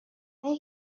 اگر